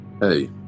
Hey